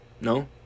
No